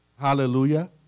Hallelujah